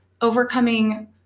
overcoming